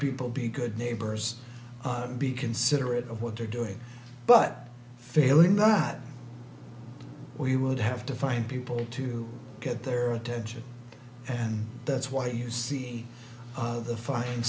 people be good neighbors be considerate of what they're doing but failing not we would have to find people to get their attention and that's why you see of the f